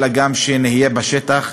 אלא גם שנהיה בשטח,